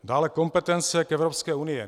Dále kompetence k Evropské unii.